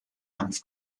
hanf